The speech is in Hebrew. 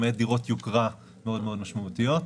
למעט דירות יוקרה מאוד משמעותיות.